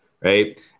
right